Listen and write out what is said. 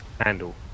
handle